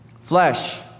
Flesh